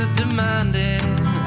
demanding